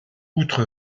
outre